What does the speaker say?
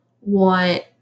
want